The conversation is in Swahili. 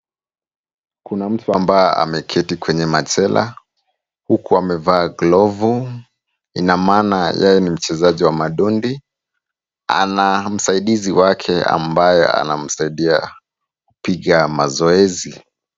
Kuna mtu ambaye ameketi kwenye machela huku amevaa glovu. Ina maana yeye ni mchezaji wa madondi. Ana msaidizi wake ambaye anamsaidia kupiga mazoezi.